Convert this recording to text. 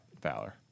Valor